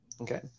Okay